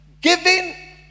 giving